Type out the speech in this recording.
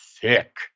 thick